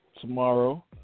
tomorrow